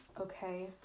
Okay